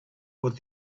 what